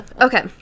Okay